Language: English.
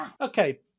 Okay